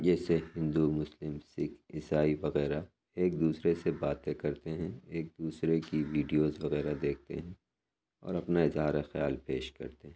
جیسے ہندو مسلم سِکھ عیسائی وغیرہ ایک دوسرے سے باتیں کرتے ہیں ایک دوسرے کی ویڈیوز وغیرہ دیکھتے ہیں اور اپنا اظہارِ خیال پیش کرتے ہیں